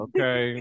Okay